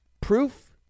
proof